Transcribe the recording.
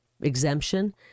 exemption